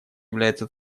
является